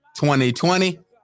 2020